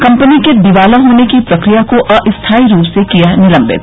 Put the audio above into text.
company के दिवाला होने की प्रक्रिया को अस्थायी रूप से किया निलंबित